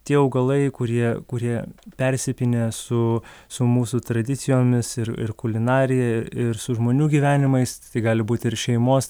tie augalai kurie kurie persipynę su su mūsų tradicijomis ir ir kulinarija ir su žmonių gyvenimais tai gali būti ir šeimos